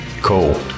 Cool